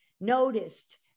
noticed